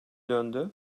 döndü